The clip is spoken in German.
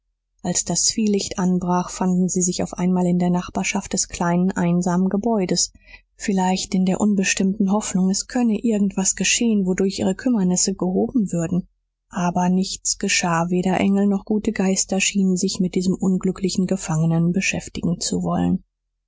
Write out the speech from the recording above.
als das zwielicht anbrach fanden sie sich auf einmal in der nachbarschaft des kleinen einsamen gebäudes vielleicht in der unbestimmten hoffnung es könne irgend was geschehen wodurch ihre kümmernisse gehoben würden aber nichts geschah weder engel noch gute geister schienen sich mit diesem unglücklichen gefangenen beschäftigen zu wollen